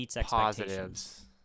positives